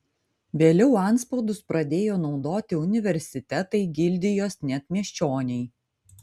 vėliau antspaudus pradėjo naudoti universitetai gildijos net miesčioniai